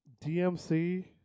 DMC